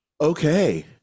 Okay